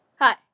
Hi